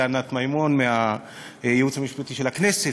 לענת מימון מהייעוץ המשפטי של הכנסת,